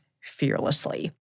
fearlessly